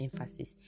emphasis